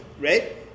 right